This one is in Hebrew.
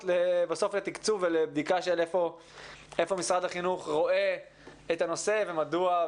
לתקצוב ולבדיקה איפה משרד החינוך רואה את הנושא ומדוע,